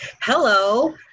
hello